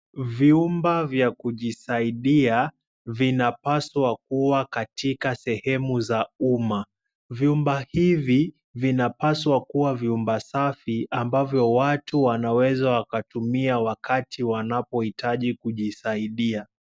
Vyumba vya kujisaidia vinapaswa kuwa katika sehemu za umma. Vyumba hivi vinapaswa kuwa vyumba safi ambavyo watu wanaweza wakatumia wakati wanahitaji kujisaidia.